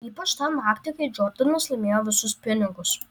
ypač tą naktį kai džordanas laimėjo visus pinigus